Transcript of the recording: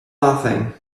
nothing